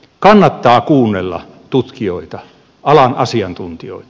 kannattaa kuunnella tutkijoita alan asiantuntijoita